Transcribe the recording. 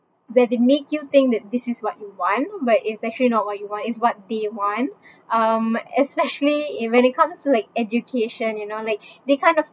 where they make you think that this is what you want but it's actually not what you want it's what they want um especially in when it comes to like education you know like they kind of